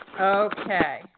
Okay